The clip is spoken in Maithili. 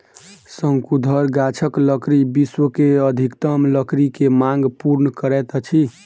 शंकुधर गाछक लकड़ी विश्व के अधिकतम लकड़ी के मांग पूर्ण करैत अछि